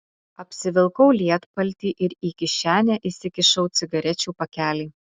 apsivilkau lietpaltį ir į kišenę įsikišau cigarečių pakelį